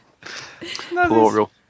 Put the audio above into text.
Plural